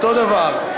אותו דבר.